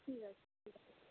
ঠিক আছে ঠিক আছে